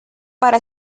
para